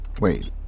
Wait